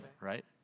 Right